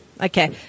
Okay